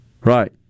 Right